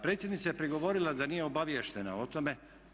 Predsjednica je prigovorila da nije obaviještena o tome.